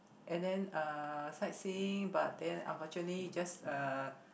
and then uh sightseeing but then unfortunately just uh